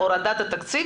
עדים אחרי המשבר,